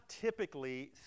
typically